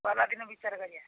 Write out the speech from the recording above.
ଗଲାଦିନ ବିଚାର କରିବା